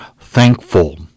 thankful